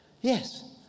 Yes